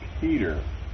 Peter